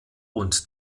und